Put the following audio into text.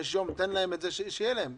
תן להם את זה, שיהיה להם.